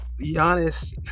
Giannis